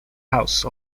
house